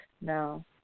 no